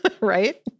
right